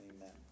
Amen